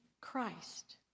Christ